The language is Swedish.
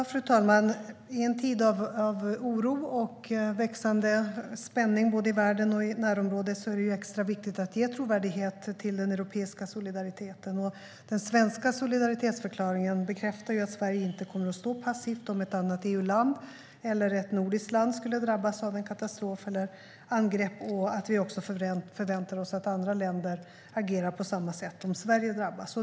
Fru talman! I en tid av oro och växande spänningar i världen och i närområdet är det extra viktigt att ge trovärdighet till den europeiska solidariteten. Den svenska solidaritetsförklaringen bekräftar att Sverige inte kommer att stå passivt om ett annat EU-land eller ett nordiskt land skulle drabbas av en katastrof eller ett angrepp och att vi också förväntar oss att andra länder agerar på samma sätt om Sverige drabbas.